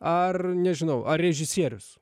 ar nežinau ar režisierius